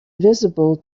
visible